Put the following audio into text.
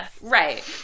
right